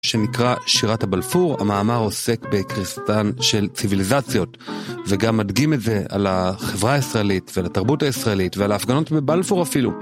שנקרא שירת הבלפור, המאמר עוסק בקריסתן של ציוויליזציות וגם מדגים את זה על החברה הישראלית ועל התרבות הישראלית ועל ההפגנות בבלפור אפילו